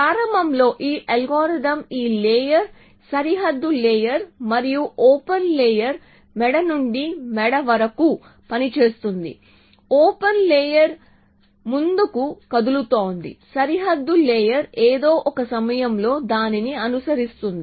ప్రారంభంలో ఈ అల్గోరిథం ఈ లేయర్ సరిహద్దు లేయర్ మరియు ఓపెన్ లేయర్ మెడ నుండి మెడ వరకు పనిచేస్తుంది ఓపెన్ లేయర్ ముందుకు కదులుతోంది సరిహద్దు లేయర్ ఏదో ఒక సమయంలో దానిని అనుసరిస్తుంది